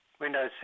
Windows